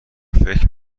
فکر